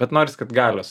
bet norisi kad galios